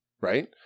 Right